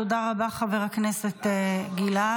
תודה רבה, חבר הכנסת גלעד